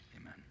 amen